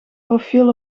profiel